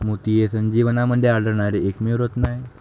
मोती हे सजीवांमध्ये आढळणारे एकमेव रत्न आहेत